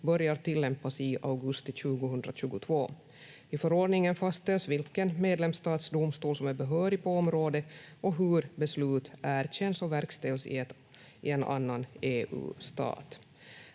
börjar tillämpas i augusti 2022. I förordningen fastställs vilken medlemsstats domstol som är behörig på området och hur beslut erkänns och verkställs i en annan EU-stat.